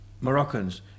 Moroccans